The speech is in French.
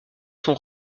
sont